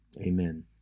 Amen